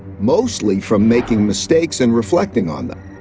mostly, from making mistakes and reflecting on them.